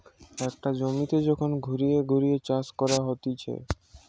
একটা জমিতে যখন ঘুরিয়ে ঘুরিয়ে চাষ করা হতিছে